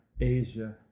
Asia